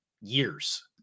years